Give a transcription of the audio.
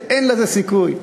שאין לזה סיכוי.